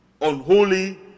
Unholy